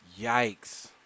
Yikes